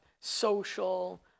social